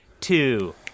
two